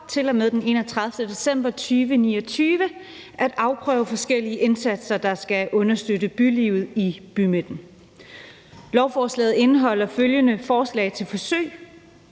til og med den 31. december 2029 at afprøve forskellige indsatser, der skal understøtte bylivet i bymidten. Lovforslaget indeholder følgende forslag til forsøg: